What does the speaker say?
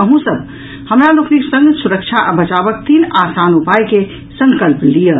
अहूँ सब हमरा लोकनिक संग सुरक्षा आ बचावक तीन आसान उपायक संकल्प लियऽ